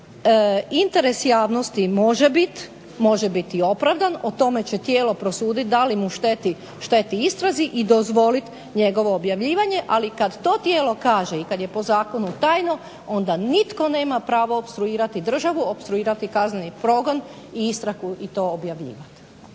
interes javnosti može biti opravdan, o tome će tijelo prosuditi da li mu šteti istrazi i dozvoliti njegovo objavljivanje, ali kada to tijelo kaže i kada je po Zakonu tajno onda nitko nema pravo opstruirati državu, opstruirati kazneni progon i istragu i to objavljivati.